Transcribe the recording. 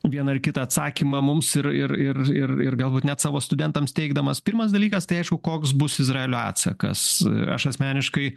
vieną ar kitą atsakymą mums ir ir ir ir ir galbūt net savo studentams teigdamas pirmas dalykas tai aišku koks bus izraelio atsakas aš asmeniškai